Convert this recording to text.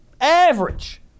average